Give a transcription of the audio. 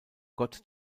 gott